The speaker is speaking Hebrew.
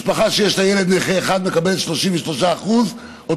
משפחה שיש בה ילד נכה אחד מקבלת 33% אוטומטית,